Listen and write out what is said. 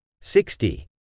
sixty